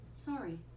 Sorry